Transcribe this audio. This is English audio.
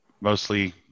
mostly